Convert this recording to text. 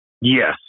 Yes